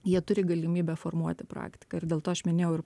jie turi galimybę formuoti praktiką ir dėl to aš minėjau ir